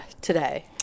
today